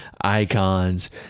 icons